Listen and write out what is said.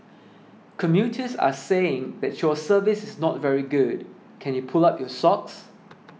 commuters are saying that your service is not very good can you pull up your socks